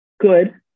good